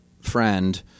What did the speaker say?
friend